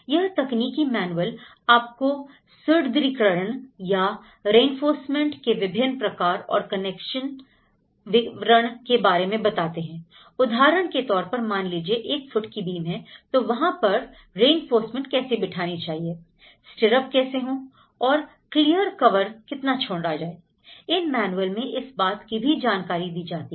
यह तकनीकी मैनुअल आपको सुदृढीकरण या रिइंफोर्समेंट के विभिन्न प्रकार और कनेक्शन विवरण के बारे में भी बताते हैं उदाहरण के तौर पर मान लीजिए 1 फुट की बीम है तो वहां पर रिइंफोर्समेंट कैसे बिठानी चाहिए स्टीरअप कैसी हो और क्लियर कवर कितना छोड़ा जाए इन मैनुएल्स में इस बात की भी जानकारी दी जाती है